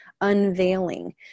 unveiling